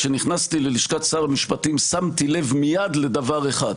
כשנכנסתי ללשכת שר המשפטים שמתי לב מיד לדבר אחד,